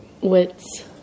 Wits